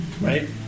right